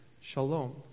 shalom